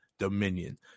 dominion